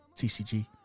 TCG